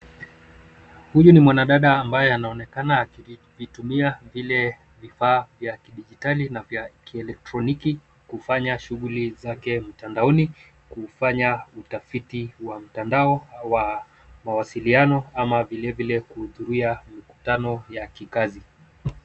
Huyu ni mwanadada ambaye anaonekana akazitumia zile vifaa vya kidijitali na vya kielektroniki kufanya shughuli zake mtandaoni kufanya utafiti wa mtandao wa mawasiliano ama vile vile kuhudhuria mikutano ya kikazi.